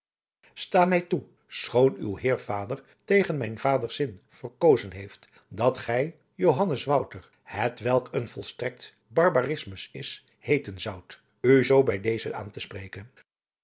sta mij toe schoon uw heer vader tegen mijns vaders zin verkozen heeft dat gij johannes wouter het welk een volstrekt barbarismus is heeten zoudt u zoo bij dezen aan te spreken